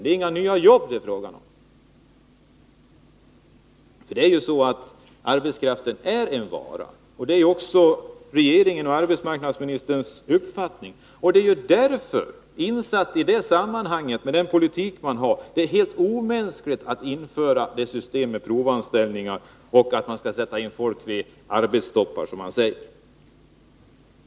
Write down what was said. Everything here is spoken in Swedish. Det är inte fråga om att skaffa några nya jobb. Det är ju så att arbetskraften är en vara. Det är också regeringens och arbetsmarknadsministerns uppfattning. Mot den bakgrunden och med tanke på den politik man för är det ju helt omänskligt att införa ett system med provanställningar och att göra det möjligt att sätta in folk vid arbetstoppar, som man säger.